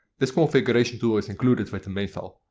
this configuration tool is included with the main file.